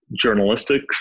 journalistic